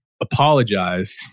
apologized